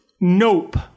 Nope